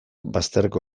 bazterreko